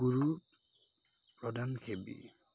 গুৰুৰ প্ৰধানসেৱী